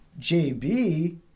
JB